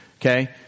Okay